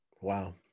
Wow